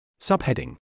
Subheading